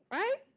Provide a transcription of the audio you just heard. right?